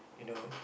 you know